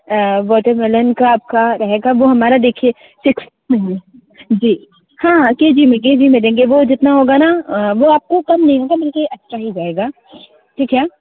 watermelon का आपका रहेगा वह हमारा देखिए सिक्सटी में जी हाँ के जी में के जी में देंगे वह जितना होगा ना वह आपको कम नहीं होगा बल्कि अच्छा ही रहेगा ठीक है